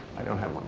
i don't have